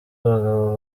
abagabo